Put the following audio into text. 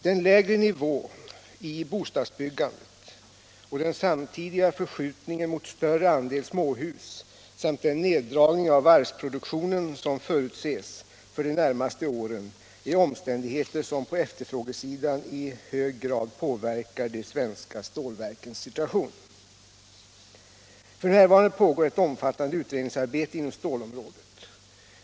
Den lägre ni = strin, m.m. vån i bostadsbyggandet och den samtidiga förskjutningen mot större andel småhus samt den neddragning av varvsproduktionen som förutses för de närmaste åren är omständigheter som på efterfrågesidan i hög grad påverkar de svenska stålverkens situation. F. n. pågår ett omfattande utredningsarbete inom stålområdet.